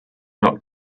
not